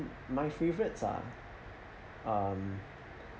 mm my favourites ah um